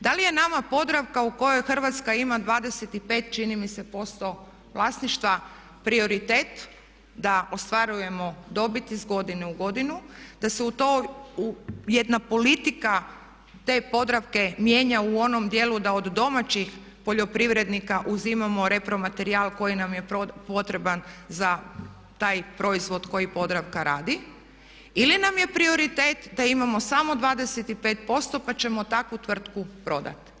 Da li je nama Podravka u kojoj Hrvatska ima 25% čini mi se vlasništva prioritet da ostvarujemo dobit iz godine u godinu, da se jedna politika te Podravke mijenja u onom dijelu da od domaćih poljoprivrednika uzimamo repro materijal koji nam je potreban za taj proizvod koji Podravka radi ili nam je prioritet da imamo samo 25% pa ćemo takvu tvrtku prodati.